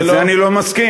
לזה אני לא מסכים.